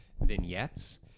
vignettes